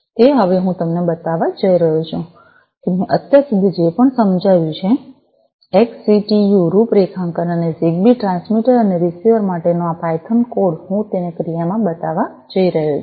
તેથી હવે હું તમને બતાવવા જઈ રહ્યો છું કે મેં અત્યાર સુધી જે પણ સમજાવ્યું છે એક્સસિટિયું રૂપરેખાંકન અને જિગબી ટ્રાન્સમીટર અને રીસીવર માટેનો આ પાયથોન કોડ હું તેને ક્રિયામાં બતાવવા જઈ રહ્યો છું